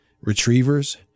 retrievers